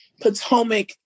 Potomac